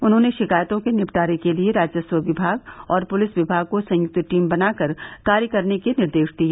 उन्होंने शिकायतों के निपटारे के लिए राजस्व विमाग और पुलिस विभाग को संयुक्त टीम बनाकर कार्य करने के निर्देश दिए